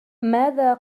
ماذا